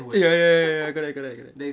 ya ya ya ya ya correct correct correct